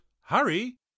Hurry